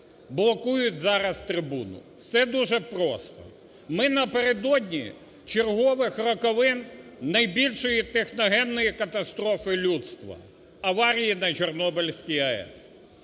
блокують зараз трибуну. Все дуже просто: ми напередодні чергових роковин найбільшої техногенної катастрофи людства – аварії на чорнобильський АЕС,